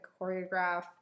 choreograph